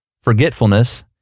forgetfulness